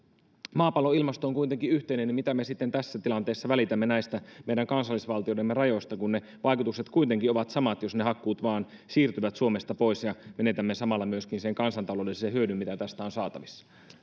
on yhteinen niin mitä me sitten tässä tilanteessa välitämme näistä meidän kansallisvaltioidemme rajoista kun ne vaikutukset kuitenkin ovat samat jos ne hakkuut vain siirtyvät suomesta pois ja menetämme samalla myöskin sen kansantaloudellisen hyödyn mitä tästä on saatavissa